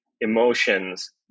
emotions